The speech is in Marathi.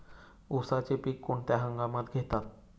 उसाचे पीक कोणत्या हंगामात घेतात?